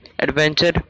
Adventure